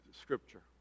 Scripture